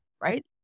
right